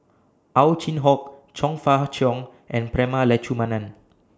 Ow Chin Hock Chong Fah Cheong and Prema Letchumanan